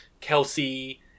Kelsey